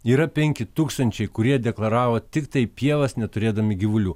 yra penki tūkstančiai kurie deklaravo tiktai pievas neturėdami gyvulių